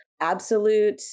Absolute